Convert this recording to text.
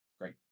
Great